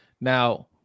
Now